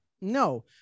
no